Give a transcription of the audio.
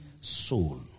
soul